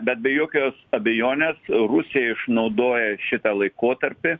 bet be jokios abejonės rusija išnaudoja šitą laikotarpį